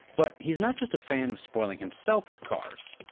but he's not just a fan of spoiling himself with cars.